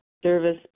service